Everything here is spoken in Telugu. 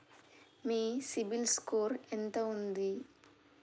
మీ సిబిల్ స్కోర్ ఎంత ఉంది?